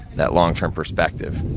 that long-term perspective.